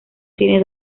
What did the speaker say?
tiene